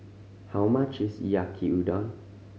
how much is Yaki Udon